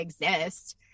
exist